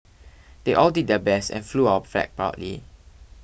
they all did their best and flew our flag proudly